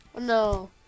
no